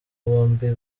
bombi